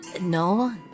No